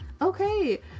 Okay